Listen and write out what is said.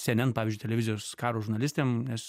cnn pavyzdžiui televizijos karo žurnalistėm nes